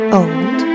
old